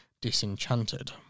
disenchanted